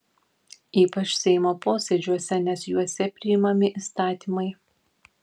ypač seimo posėdžiuose nes juose priimami įstatymai